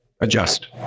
adjust